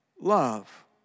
love